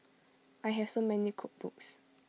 I have so many cookbooks